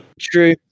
True